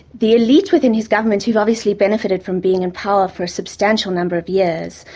the elite within his government, who've obviously benefited from being in power for a substantial number of years,